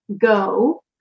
go